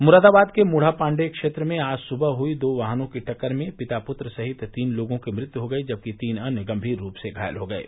मुरादाबाद के मूढ़ापाण्डेय क्षेत्र में आज सुबह हुयी दो वाहनों की टक्कर में पिता पुत्र सहित तीन लोगों की मृत्यु हो गयी जबकि तीन अन्य गम्भीर रूप से घायल हो गये